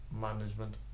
management